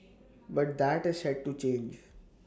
but that is set to change